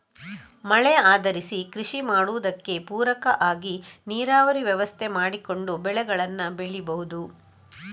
ಮಳೆ ಆಧರಿಸಿ ಕೃಷಿ ಮಾಡುದಕ್ಕೆ ಪೂರಕ ಆಗಿ ನೀರಾವರಿ ವ್ಯವಸ್ಥೆ ಮಾಡಿಕೊಂಡು ಬೆಳೆಗಳನ್ನ ಬೆಳೀಬಹುದು